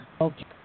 Okay